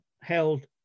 held